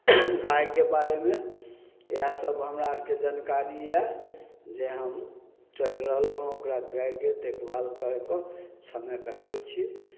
गायके बारेमे इएह सब हमरा अरके जानकारी यऽ जे हम चलि रहलहुँ हँ ओकरा गायके देखभाल कए कऽ सङ्गे कटबय छी